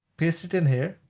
paste it in here,